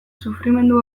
sufrimendu